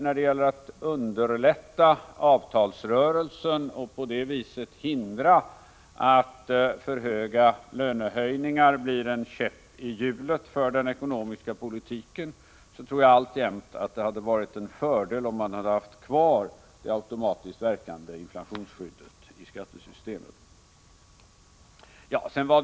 När det gäller att underlätta avtalsrörelsen och på det viset hindra att för höga lönehöjningar blir en käpp i hjulet för den ekonomiska politiken tror jag alltjämt att det hade varit en fördel om det automatiskt verkande inflationsskyddet i skattesystemet hade funnits kvar.